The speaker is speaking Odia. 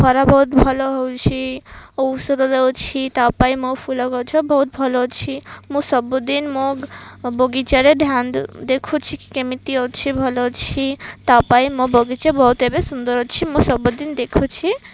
ଖରା ବହୁତ ଭଲ ହେଉଛି ଔଷଧ ଦଉଛି ତା ପାଇଁ ମୋ ଫୁଲ ଗଛ ବହୁତ ଭଲ ଅଛି ମୁଁ ସବୁଦିନ ମୋ ବଗିଚାରେ ଧ୍ୟାନ ଦେଖୁଛି କି କେମିତି ଅଛି ଭଲ ଅଛି ତା ପାଇଁ ମୋ ବଗିଚା ବହୁତ ଏବେ ସୁନ୍ଦର ଅଛି ମୁଁ ସବୁଦିନ ଦେଖୁଛି